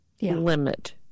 limit